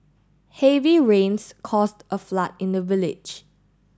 heavy rains caused a flood in the village